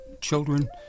children